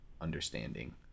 understanding